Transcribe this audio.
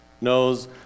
knows